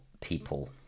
people